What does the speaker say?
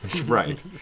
right